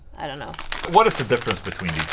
i don't know what is the difference between